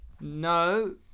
No